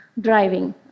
driving